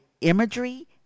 imagery